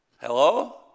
Hello